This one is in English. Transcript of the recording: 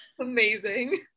Amazing